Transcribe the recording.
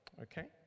okay